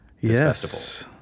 Yes